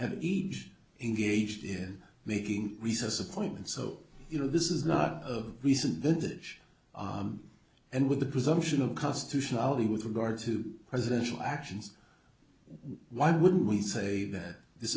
have each engaged in making recess appointments so you know this is not of recent vintage and with the presumption of constitutionally with regard to presidential actions why would we say that this